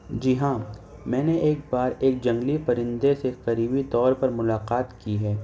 جی ہاں میں نے ایک بار ایک جنگلی پرندے سے قریبی طور پر ملاقات کی ہے